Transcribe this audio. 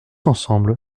ensemble